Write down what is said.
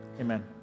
amen